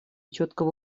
четкого